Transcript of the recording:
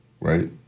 right